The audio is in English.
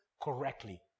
correctly